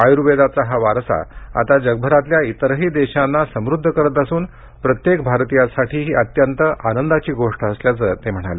आयुर्वेदाचा हा वारसा आता जगभरातल्या इतरही देशांना समुद्ध करत असून प्रत्येक भारतीयासाठी ही अत्यंत आनंदाची गोष्ट असल्याचं ते म्हणाले